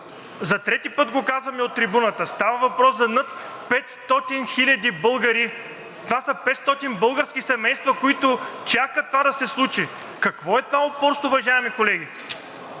За трети път го казваме от трибуната: става въпрос за над 500 000 българи. Това са 500 000 български семейства, които чакат това да се случи. Какво е това упорство, уважаеми колеги?!